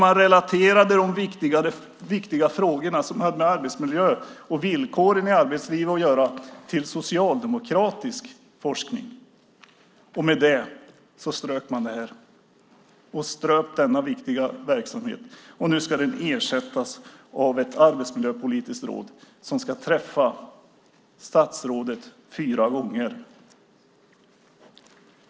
Man relaterade de viktiga frågorna som hade med arbetsmiljö och villkoren i arbetslivet att göra till socialdemokratisk forskning, och med det strök man detta och ströp denna viktiga verksamhet. Nu ska den ersättas av ett arbetsmiljöpolitiskt råd som ska träffa statsrådet fyra gånger.